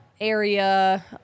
area